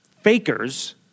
fakers